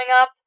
up